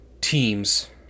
teams